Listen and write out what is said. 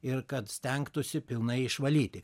ir kad stengtųsi pilnai išvalyti